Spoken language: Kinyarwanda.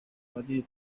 padiri